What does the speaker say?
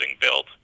built